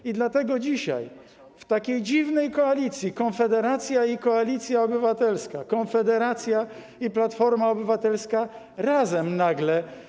I dlatego dzisiaj w takiej dziwnej koalicji Konfederacja i Koalicja Obywatelska, Konfederacja i Platforma Obywatelska razem, nagle.